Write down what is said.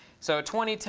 so, twenty, ten,